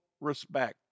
respect